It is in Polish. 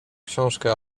książkę